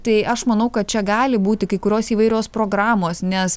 tai aš manau kad čia gali būti kai kurios įvairios programos nes